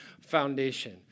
foundation